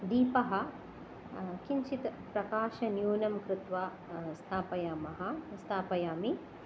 दीपः किञ्चित् प्रकाशन्यूनं कृत्वा स्थापयामः स्थापयामि